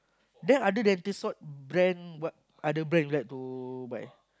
then other than this what brand what other brand you like to buy